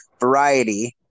variety